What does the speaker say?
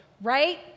right